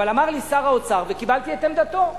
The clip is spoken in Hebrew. אבל אמר לי שר האוצר, וקיבלתי את עמדתו,